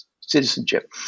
citizenship